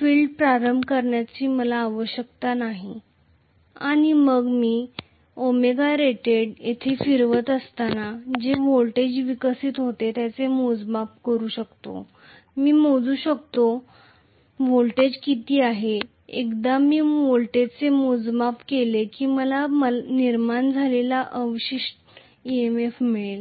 current प्रारंभ करण्याची मला आवश्यकता नाही आणि मग मी ωrated येथे फिरवत असताना जे व्होल्टेज विकसित होते त्याचे मोजमाप करू शकतो मी मोजू शकतो व्होल्टेज किती आहे एकदा मी व्होल्टेजचे मोजमाप केले की मला निर्माण झालेला अवशिष्ट EMF मिळेल